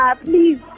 Please